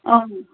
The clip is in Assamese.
অঁ